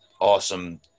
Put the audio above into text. awesome